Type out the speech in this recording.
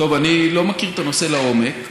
אני לא מכיר את הנושא לעומק,